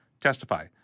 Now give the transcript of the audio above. testify